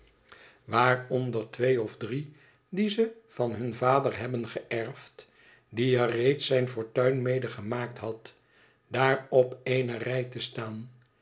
den of drie die ze van hun vader hebben geërfd die er reeds zijn fortuin mede gemaakt had daar op eene rij te staan